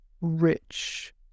rich